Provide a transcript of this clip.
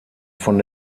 von